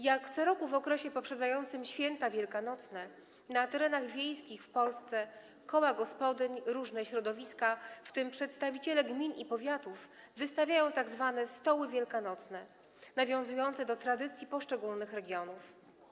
Jak co roku w okresie poprzedzającym Święta Wielkanocne na terenach wiejskich w Polsce koła gospodyń i różne środowiska, w tym przedstawiciele gmin i powiatów, wystawiają tzw. stoły wielkanocne nawiązujące do tradycji poszczególnych regionów.